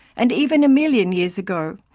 and even a million years ago,